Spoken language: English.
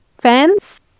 fans